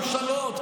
היו כמה ממשלות,